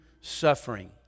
suffering